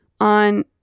on